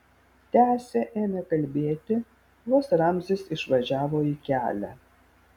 tęsė ėmė kalbėti vos ramzis išvažiavo į kelią